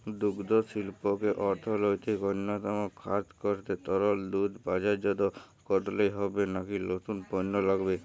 দুগ্ধশিল্পকে অর্থনীতির অন্যতম খাত করতে তরল দুধ বাজারজাত করলেই হবে নাকি নতুন পণ্য লাগবে?